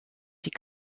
die